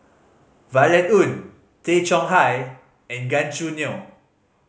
Violet Oon Tay Chong Hai and Gan Choo Neo